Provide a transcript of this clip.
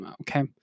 Okay